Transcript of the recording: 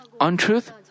untruth